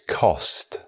cost